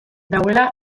dagoela